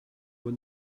when